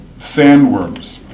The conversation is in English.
sandworms